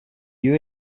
lieu